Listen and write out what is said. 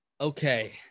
Okay